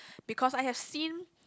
because I have seen